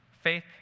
faith